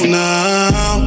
now